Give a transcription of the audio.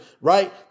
right